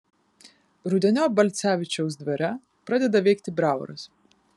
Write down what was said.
rudeniop balcevičiaus dvare pradeda veikti bravoras